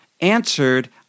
answered